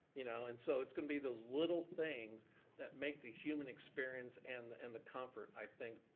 you know and so it's gonna be those little things that make the human experience and the and the comfort, i think,